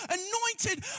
anointed